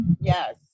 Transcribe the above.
yes